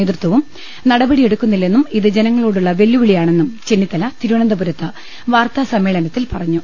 നേതൃത്വവും നടപടിയെടു ക്കുന്നില്ലെന്നൂം ഇത് ജനങ്ങളോടുള്ള വെല്ലുവിളിയാണെന്നും ചെന്നിത്തല തിരുവനന്തപുരത്ത് വാർത്താസമ്മേളനത്തിൽ പറഞ്ഞു